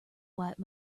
white